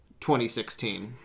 2016